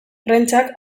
prentsak